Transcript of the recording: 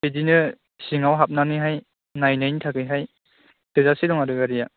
बिदिनो सिङाव हाबनानै नायनायनि थाखैहाय थोजासे दं आरो गारिया